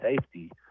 safety